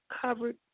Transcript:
covered